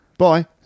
bye